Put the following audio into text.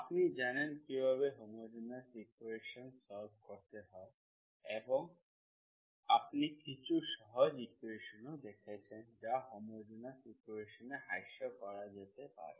আপনি জানেন কিভাবে হোমোজেনিয়াস ইকুয়েশন্স সল্ভ করতে হয় এবং আপনি কিছু সহজ ইকুয়েশন্সও দেখেছেন যা হোমোজেনিয়াস ইকুয়েশনে হ্রাস করা যেতে পারে